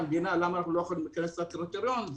למה אנחנו לא יכולים להיכנס לקריטריון של המדינה?